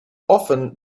often